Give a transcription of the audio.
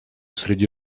среди